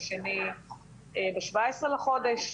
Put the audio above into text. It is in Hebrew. השני ב-17 בחודש,